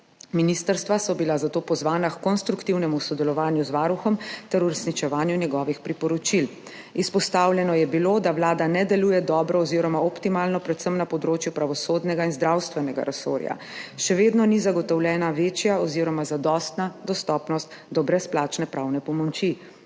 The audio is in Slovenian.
Ministrstva so bila zato pozvana h konstruktivnemu sodelovanju z Varuhom ter uresničevanju njegovih priporočil. Izpostavljeno je bilo, da Vlada ne deluje dobro oziroma optimalno, predvsem na področju pravosodnega in zdravstvenega resorja. Še vedno ni zagotovljena večja oziroma zadostna dostopnost do brezplačne pravne pomoči,